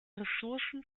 ressourcen